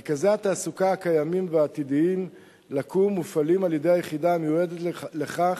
מרכזי התעסוקה הקיימים והעתידים לקום מופעלים על-ידי היחידה המיועדת לכך